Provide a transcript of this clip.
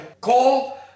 call